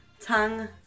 Tongue